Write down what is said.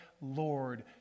Lord